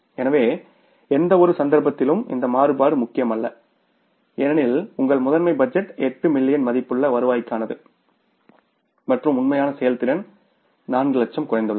எனவே எந்தவொரு சந்தர்ப்பத்திலும் இந்த மாறுபாடு முக்கியமல்ல ஏனெனில் உங்கள் மாஸ்டர் பட்ஜெட் 8 மில்லியன் மதிப்புள்ள வருவாய்க்கானது மற்றும் உண்மையான செயல்திறன் 4 லட்சம் குறைந்துள்ளது